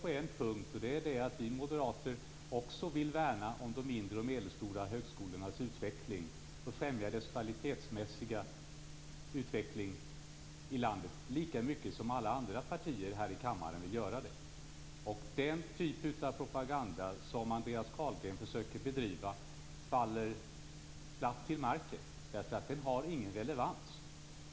Det gäller då att vi moderater - lika mycket som de andra partierna i denna kammare - vill värna om de mindre och medelstora högskolornas utveckling och främja deras kvalitetsmässiga utveckling i landet. Den typ av propaganda som Andreas Carlgren försöker bedriva faller platt till marken. Den har nämligen ingen relevans.